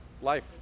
Life